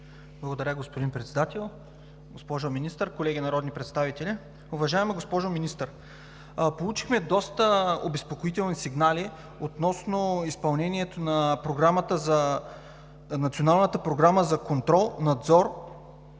Благодаря, господин Председател. Госпожо Министър, колеги народни представители! Уважаема госпожо Министър, получихме доста обезпокоителни сигнали относно изпълнението на Националната програмата за контрол, надзор,